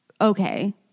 Okay